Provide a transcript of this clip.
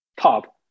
top